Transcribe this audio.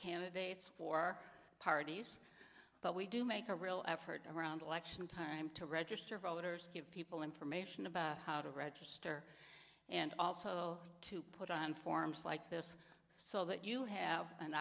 candidates for parties but we do make a real effort around election time to register voters give people information about how to register and also to put on forums like this so that you have an